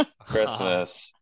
Christmas